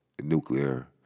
nuclear